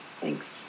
Thanks